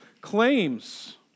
claims